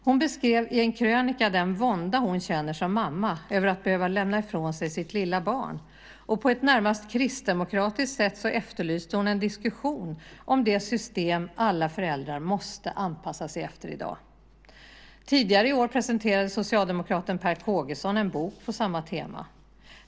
Hon beskrev i en krönika den vånda hon som mamma känner över att behöva lämna ifrån sig sitt lilla barn, och på ett närmast kristdemokratiskt sätt efterlyste hon en diskussion om det system som alla föräldrar måste anpassa sig efter i dag. Tidigare i år presenterade socialdemokraten Per Kågeson en bok på samma tema.